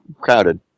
crowded